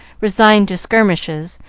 resigned to skirmishes,